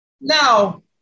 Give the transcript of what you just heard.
now